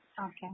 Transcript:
Okay